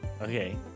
Okay